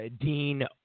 Dean